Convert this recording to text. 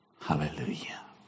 Hallelujah